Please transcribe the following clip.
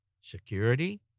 security